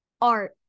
art